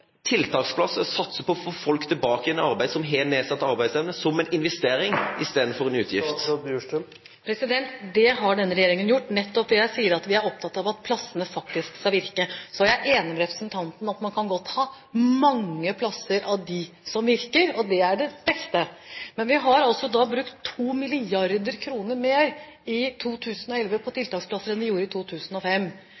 tiltaksplasser – satse på å få folk som har nedsatt arbeidsevne, tilbake igjen i arbeid – som en investering istedenfor en utgift? Det har denne regjeringen gjort, nettopp ved det jeg sier: Vi er opptatt av at plassene faktisk skal virke. Så er jeg enig med representanten i at man kan godt ha mange plasser av dem som virker, og det er det beste. Men vi har altså brukt 2 mrd. kr mer på tiltaksplasser i 2011